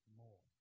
more